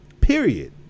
Period